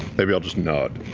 maybe i'll just nod.